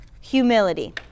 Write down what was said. humility